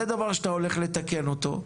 זה דבר שאתה הולך לתקן אותו,